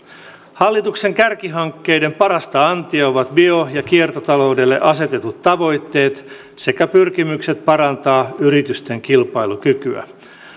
hallituksen kärkihankkeiden parasta antia ovat bio ja kiertotaloudelle asetetut tavoitteet sekä pyrkimykset parantaa yritysten kilpailukykyä